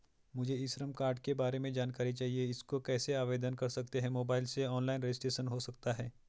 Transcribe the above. मुझे e Shram card के बारे में जानकारी चाहिए इसको कैसे आवेदन कर सकते हैं मोबाइल से ऑनलाइन रजिस्ट्रेशन हो सकता है?